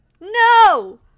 No